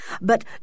But